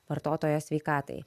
vartotojo sveikatai